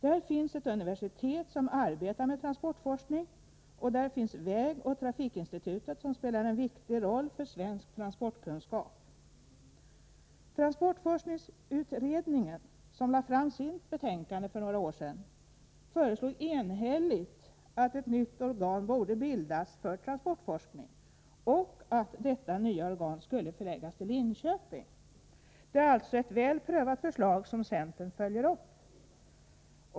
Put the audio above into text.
Där finns ett universitet som arbetar med transportforskning, och där finns vägoch trafikinstitutet som spelar en viktig roll för svensk transportkunskap. Transportforskningsutredningen, som lade fram sitt betänkande för några år sedan, föreslog enhälligt att ett nytt organ skulle bildas för transportforskning och att detta nya organ skulle förläggas till Linköping. Det är alltså ett väl prövat förslag som centern följer upp.